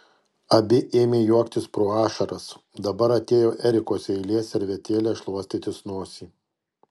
abi ėmė juoktis pro ašaras dabar atėjo erikos eilė servetėle šluostytis nosį